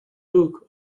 duke